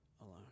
alone